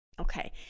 okay